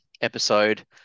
episode